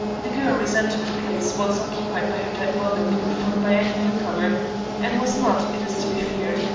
the girl resented the place once occupied by her dead mother being filled by any newcomer and was not, it is to be feared,